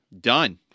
done